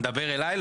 אתה מדבר אליי?